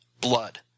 Blood